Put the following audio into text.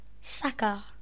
Saka